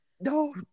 No